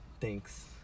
Thanks